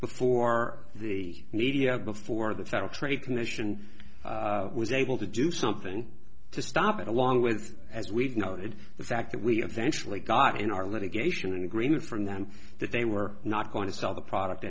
before the media before the federal trade commission was able to do something to stop it along with as we know it the fact that we eventually got in our litigation agreement from them that they were not going to sell the product